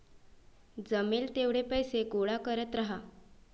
जमेल तेवढे पैसे गोळा करत राहा